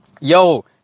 Yo